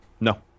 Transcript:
No